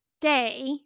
day